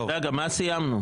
רגע, מה סיימנו?